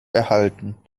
erhalten